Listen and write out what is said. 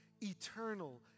eternal